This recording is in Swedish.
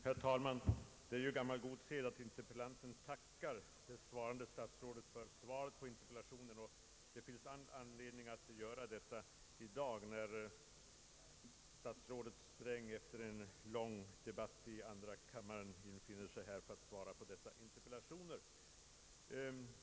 Herr talman! Det är gammal god sed att interpellanten tackar det svarande statsrådet för svaret på interpellationen. Det finns all anledning att göra detta i dag, när statsrådet Sträng efter en lång debatt i andra kammaren infinner sig här för att svara på dessa interpellationer.